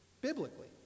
biblically